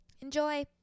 enjoy